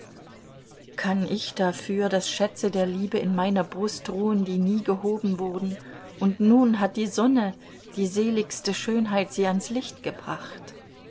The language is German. kann ich dafür daß schätze der liebe in meiner brust ruhen die nie gehoben wurden und nun hat die sonne die seligste schönheit sie an's licht gebracht